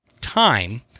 time